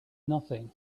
nothing